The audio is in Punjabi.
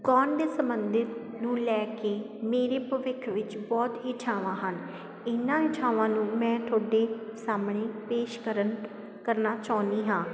ਗਾਉਣ ਦੇ ਸੰਬੰਧਿਤ ਨੂੰ ਲੈ ਕੇ ਮੇਰੇ ਭਵਿੱਖ ਵਿੱਚ ਬਹੁਤ ਇੱਛਾਵਾਂ ਹਨ ਇਹਨਾਂ ਇੱਛਾਵਾਂ ਨੂੰ ਮੈਂ ਤੁਹਾਡੇ ਸਾਹਮਣੇ ਪੇਸ਼ ਕਰਨ ਕਰਨਾ ਚਾਹੁੰਦੀ ਹਾਂ